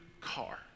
car